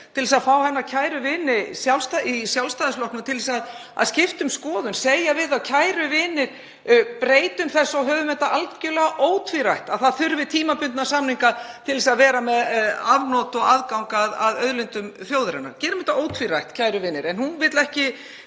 til að fá hennar kæru vini í Sjálfstæðisflokknum til að skipta um skoðun, segja við þá: Kæru vinir. Breytum þessu og höfum þetta algerlega ótvírætt, að það þurfi tímabundna samninga til þess að vera með afnot og aðgang að auðlindum þjóðarinnar. Gerum þetta ótvírætt, kæru vinir. En hún vill ekki